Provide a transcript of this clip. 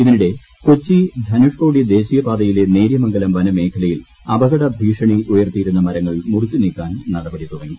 ഇതിനിടെ കൊച്ചി ധനുഷ്ക്കോടി ദേശിയപാതയിലെ നേര്യമംഗലം വനമേഖലയിൽ അപകട ഭീഷണി ഉയർത്തിയിരുന്ന മരങ്ങൾ മുറിച്ച് നീക്കാൻനടപടി തുടങ്ങി